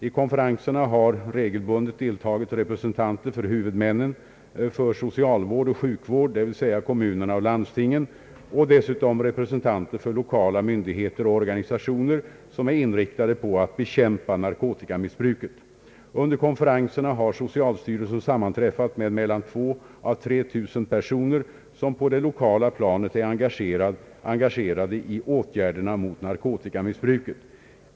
I konferenserna har regelbundet deltagit representanter för huvudmännen för socialvård och sjukvård, dvs. kommunerna och landstingen, och dessutom representanter för lokala myndigheter och organisationer, som är inriktade på att bekämpa narkotikamissbruket. Under konferenserna har socialstyrelsen sammanträffat med mellan 2 000 och 3 000 personer, som på det lokala planet är engagerade i åtgärderna mot narkotikamissbruket.